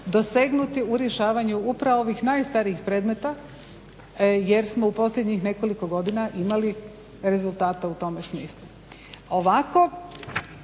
dosegnuti u rješavanju upravo ovih najstarijih predmeta jer smo u posljednjih nekoliko godina imali rezultate u tome smislu.